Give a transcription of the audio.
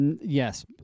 Yes